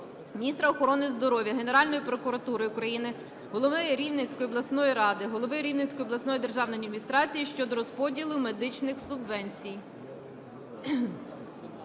міністра охорони здоров'я, Генеральної прокуратури України, голови Рівненської обласної ради, голови Рівненської обласної державної адміністрації щодо розподілу медичних субвенцій.